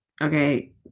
okay